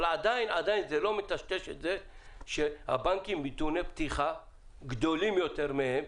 אבל עדיין זה לא מטשטש את זה שהבנקים בנתוני פתיחה גדולים יותר מהן,